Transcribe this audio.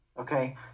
okay